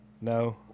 No